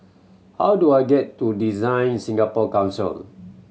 how do I get to DesignSingapore Council